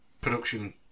production